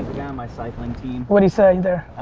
my cycling team. what'd he say there?